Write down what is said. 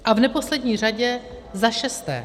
A v neposlední řadě za šesté.